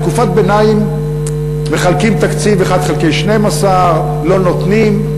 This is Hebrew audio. בתקופת ביניים מחלקים תקציב 1 חלקי 12 ולא נותנים.